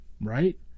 right